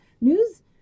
news